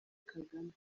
kagame